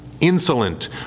insolent